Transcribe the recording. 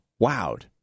wowed